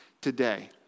today